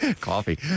Coffee